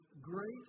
great